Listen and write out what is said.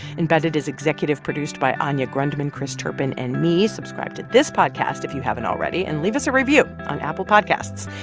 embedded is executive produced by anya grundmann, chris turpin and me subscribe to this podcast if you haven't already, and leave us a review on apple podcasts.